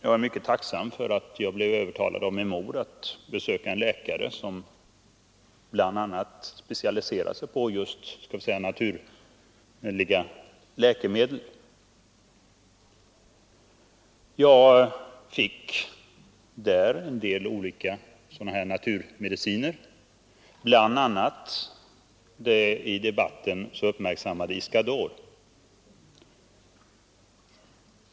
Jag är mycket tacksam för att jag blev övertalad av min mor att besöka en läkare som bl.a. specialiserat sig på just naturliga läkemedel. Där fick jag en del olika naturmediciner, bl.a. det i debatten mycket uppmärksammade medlet Iscador.